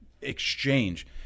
exchange